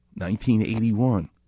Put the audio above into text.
1981